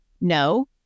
No